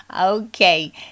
Okay